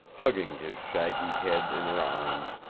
hugging his shaggy head in her arms,